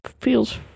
feels